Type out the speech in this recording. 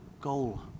goal